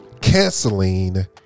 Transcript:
Canceling